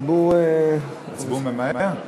הציבור ממהר?